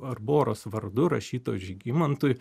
barboros vardu rašytos žygimantui